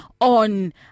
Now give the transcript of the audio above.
on